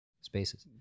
spaces